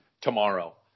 tomorrow